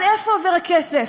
לאן עובר הכסף,